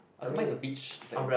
I say mine is a beach like a